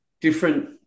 different